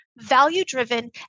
value-driven